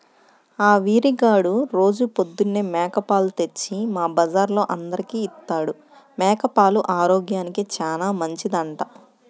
ఆ వీరిగాడు రోజూ పొద్దన్నే మేక పాలు తెచ్చి మా బజార్లో అందరికీ ఇత్తాడు, మేక పాలు ఆరోగ్యానికి చానా మంచిదంట